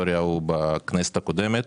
בסיסי הצבא.